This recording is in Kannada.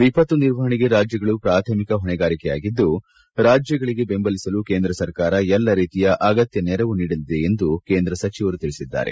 ವಿಪತ್ತು ನಿರ್ವಹಣೆಗೆ ರಾಜ್ಯಗಳು ಪ್ರಾಥಮಿಕ ಹೊಣೆಗಾರಿಕೆಯಾಗಿದ್ದು ರಾಜ್ಯಗಳಿಗೆ ಬೆಂಬಲಿಸಲು ಕೇಂದ್ರ ಸರ್ಕಾರ ಎಲ್ಲ ರೀತಿಯ ಅಗತ್ಯ ನೆರವು ನೀಡಲಿದೆ ಎಂದು ಕೇಂದ್ರ ಸಚಿವರು ತಿಳಿಸಿದ್ದಾರೆ